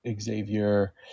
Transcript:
Xavier